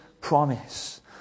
promise